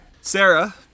Sarah